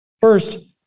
First